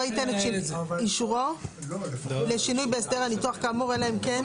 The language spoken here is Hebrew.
לא ייתן את אישורו לשינוי בהסדר הניתוח כאמור אלא אם כן?